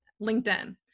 LinkedIn